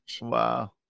wow